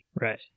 Right